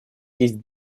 есть